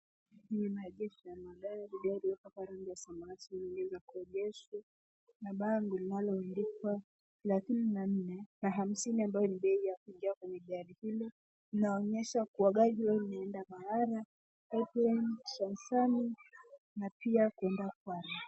Kwenye maegesho ya magari, gari lililopakwa rangi ya samawati limekuja kuegeshwa. Na bango linaloandikwa thelethini na nne hamsini ambayo ni bei ya kuingia kwenye gari hilo, linaonyesha kuwa gari hilo linaenda Mabara, Pipeline , Transmani , na pia kwenda Kware.